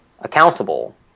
accountable